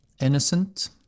innocent